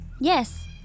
Yes